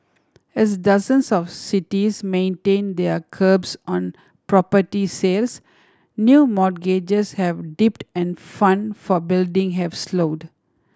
as dozens of cities maintain their curbs on property sales new mortgages have dipped and fund for building have slowed